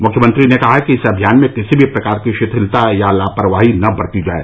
मुख्यमंत्री ने कहा कि इस अभियान में किसी भी प्रकार की शिथिलता या लापरवाही न बरती जाए